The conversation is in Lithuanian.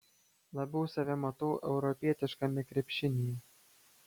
labiau save matau europietiškame krepšinyje